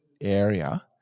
area